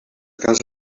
casa